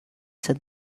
said